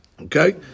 Okay